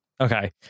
Okay